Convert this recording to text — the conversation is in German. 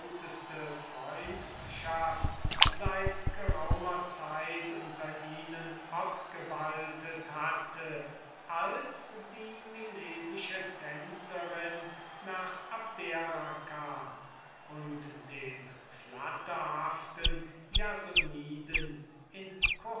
freundschaft hatte seit geraumer zeit unter ihnen obgewaltet als die tänzerin nach abdera kam und dem flatterhaften jasoniden